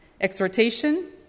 exhortation